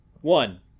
One